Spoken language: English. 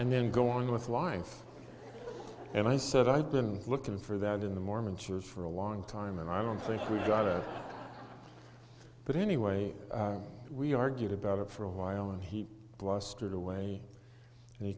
and then go on with life and i said i've been looking for that in the mormon church for a long time and i don't think we've got a lot but anyway we argued about it for a while and he blustered away and he